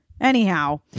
Anyhow